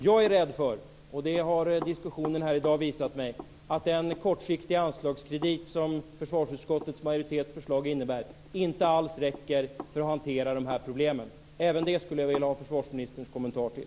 Jag är rädd för - och det har diskussionen i dag visat mig - att den kortsiktiga anslagskredit som försvarsutskottets majoritets förslag innebär inte alls räcker för att hantera problemen. Även det skulle jag vilja ha försvarsministerns kommentar till.